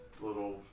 Little